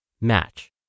match